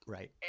Right